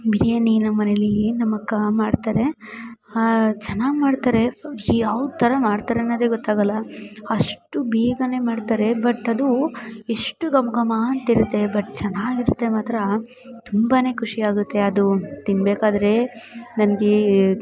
ಬಿರಿಯಾನಿ ನಮ್ಮನೆಯಲ್ಲಿ ನಮ್ಮಕ್ಕ ಮಾಡ್ತಾರೆ ಚೆನ್ನಾಗಿ ಮಾಡ್ತಾರೆ ಅದು ಯಾವ ಥರ ಮಾಡ್ತಾರೆ ಅನ್ನೋದೆ ಗೊತ್ತಾಗಲ್ಲ ಅಷ್ಟು ಬೇಗ ಮಾಡ್ತಾರೆ ಬಟ್ ಅದು ಎಷ್ಟು ಘಮ ಘಮ ಅಂತಿರುತ್ತೆ ಬಟ್ ಚೆನ್ನಾಗಿರುತ್ತೆ ಮಾತ್ರ ತುಂಬಾ ಖುಷಿಯಾಗುತ್ತೆ ಅದು ತಿನ್ನಬೇಕಾದ್ರೆ ನನಗೆ